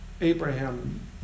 Abraham